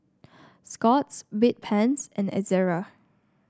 Scott's Bedpans and Ezerra